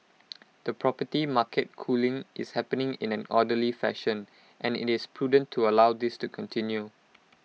the property market cooling is happening in an orderly fashion and IT is prudent to allow this to continue